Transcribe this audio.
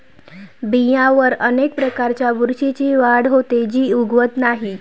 बियांवर अनेक प्रकारच्या बुरशीची वाढ होते, जी उगवत नाही